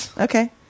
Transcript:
Okay